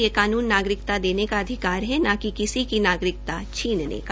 ये कानून नागरिकता देने का अधिकार है न की किसी की नागरिकता छीनने का